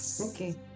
Okay